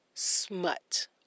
smut